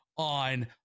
on